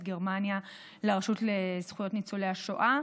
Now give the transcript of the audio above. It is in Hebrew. גרמניה לרשות לזכויות ניצולי השואה.